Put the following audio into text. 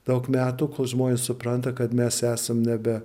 daug metų kol žmonės supranta kad mes esam nebe